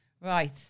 Right